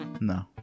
No